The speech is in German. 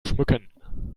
schmücken